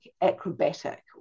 acrobatic